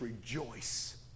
rejoice